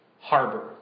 harbor